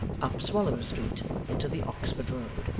up swallow street, into the oxford road,